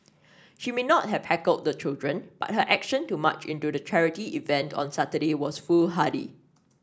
she may not have heckled the children but her action to march into the charity event on Saturday was foolhardy